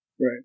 Right